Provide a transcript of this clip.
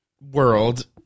World